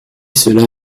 cela